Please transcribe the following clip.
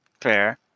Fair